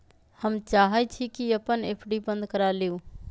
हम चाहई छी कि अपन एफ.डी बंद करा लिउ